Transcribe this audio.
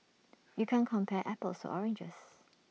you can't compare apples to oranges